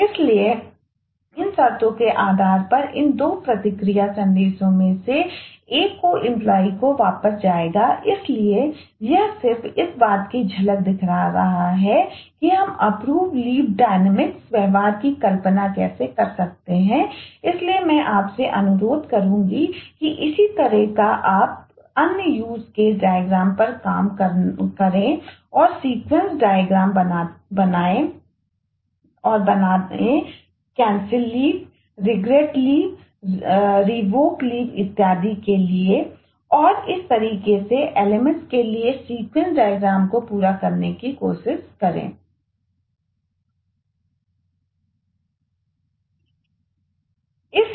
इसलिए इन शर्तों के आधार पर इन 2 प्रतिक्रिया संदेशों में से एक को एंप्लॉय इत्यादि के लिए और और इस तरीके से LMS के लिए सीक्वेंस डायग्राम को पूरा करने की कोशिश करते हैं